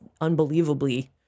unbelievably